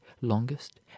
longest